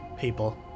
people